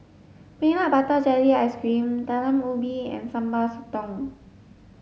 peanut butter jelly ice cream Talam Ubi and Sambal Sotong